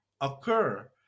occur